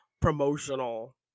promotional